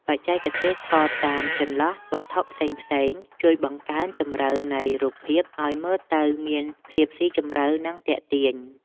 បច្ចេកទេសថតតាមចន្លោះវត្ថុផ្សេងៗជួយបង្កើនជម្រៅនៃរូបភាពឱ្យមើលទៅមានភាពស៊ីជម្រៅ និង ទាក់ទាញ។